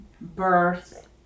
birth